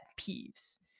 peeves